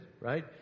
right